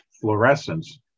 fluorescence